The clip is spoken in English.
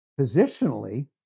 positionally